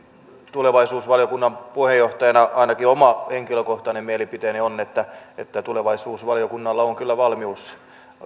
tulevaisuusvaliokunnan puheenjohtajana ainakin oma henkilökohtainen mielipiteeni on että tulevaisuusvaliokunnalla on kyllä valmius